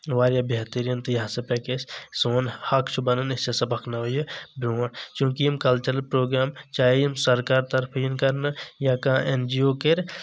واریاہ بہتریٖن تہٕ یہِ ہسا پکہِ اَسہِ سون حق چھ بنان أسۍ ہسا پکناوَو یہِ برونٛٹھ چوٗنکہ یِم کلچرل پروگرام چاہے یِم سرکار طرفہٕ یِن کرنہٕ یا کانٛہہ اٮ۪ن جی او کرِ